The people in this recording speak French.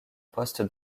poste